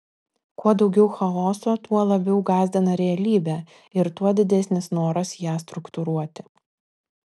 kuo daugiau chaoso tuo labiau gąsdina realybė ir tuo didesnis noras ją struktūruoti